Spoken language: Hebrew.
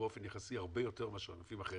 באופן יחסי הרבה יותר מאשר ענפים אחרים.